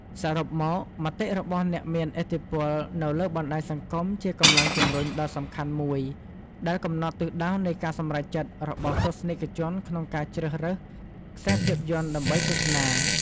សរុបមក មតិរបស់អ្នកមានឥទ្ធិពលនៅលើបណ្តាញសង្គមជាកម្លាំងជំរុញដ៏សំខាន់មួយដែលកំណត់ទិសដៅនៃការសម្រេចចិត្តរបស់ទស្សនិកជនក្នុងការជ្រើសរើសខ្សែភាពយន្តដើម្បីទស្សនា។